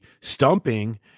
stumping